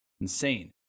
insane